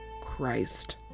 Christ